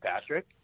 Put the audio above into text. Patrick